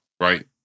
right